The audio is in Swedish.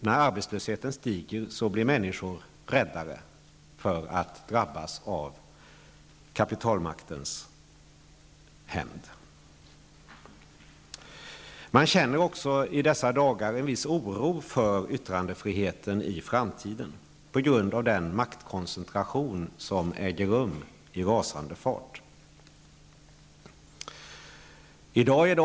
När arbetslösheten stiger blir människor räddare för att drabbas av kapitalmaktens hämnd. Den maktkoncentration som nu äger rum i rasande fart gör att man i dessa dagar känner en viss oro för yttrandefriheten i framtiden.